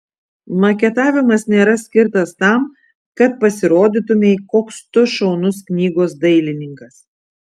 maketavimas nėra skirtas tam kad pasirodytumei koks tu šaunus knygos dailininkas